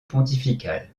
pontificale